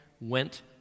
went